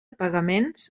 pagaments